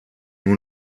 nur